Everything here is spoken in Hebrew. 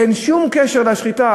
אין שום קשר לשחיטה.